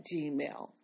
Gmail